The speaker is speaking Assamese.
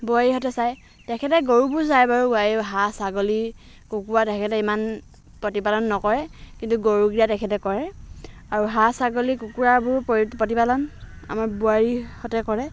বোৱাৰীহঁতে চায় তেখেতে গৰুবোৰ চায় বাৰু বোৱাৰী হাঁহ ছাগলী কুকুৰা তেখেতে ইমান প্ৰতিপালন নকৰে কিন্তু গৰুকেইটা তেখেতে কৰে আৰু হাঁহ ছাগলী কুকুৰাবোৰ পৰি প্ৰতিপালন আমাৰ বোৱাৰীহঁতে কৰে